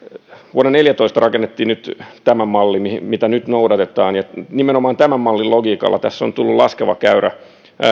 vuonna kaksituhattaneljätoista rakennettiin tämä malli mitä nyt noudatetaan ja nimenomaan tämän mallin logiikalla tässä on tullut laskeva käyrä